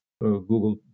Google